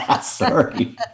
Sorry